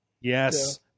Yes